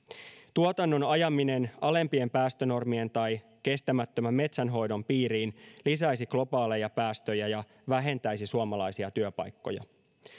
tuotannon ajaminen alempien päästönormien tai kestämättömän metsänhoidon piiriin lisäisi globaaleja päästöjä ja vähentäisi suomalaisia työpaikkoja